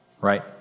Right